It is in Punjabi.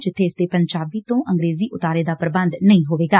ਜਿੱਬੇ ਇਸ ਦੇ ਪੰਜਾਬ ਤੋਂ ਅੰਗਰੇਜੀ ਉਤਾਰੇ ਦਾ ਪ੍ਰਬੰਧ ਨਹੀਂ ਹੋਵੇਗਾ